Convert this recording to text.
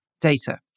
data